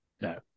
No